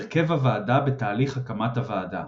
הרכב הוועדה בתהליך הקמת הוועדה